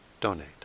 donate